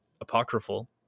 apocryphal